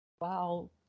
Wow